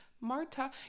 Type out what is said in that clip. Marta